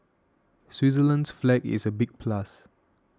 Switzerland's flag is a big plus